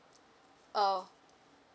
oh